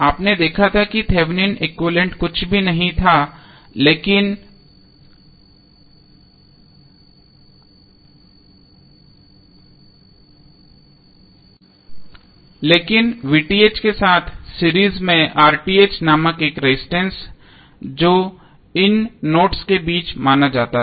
आपने देखा कि थेवेनिन एक्विवैलेन्ट कुछ भी नहीं था लेकिन के साथ सीरीज में नामक एक रेजिस्टेंस और जो इन नोड्स के बीच माना जाता था